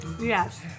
Yes